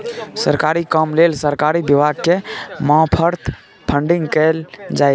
सरकारी काम लेल सरकारी विभाग के मार्फत फंडिंग कएल जाइ छै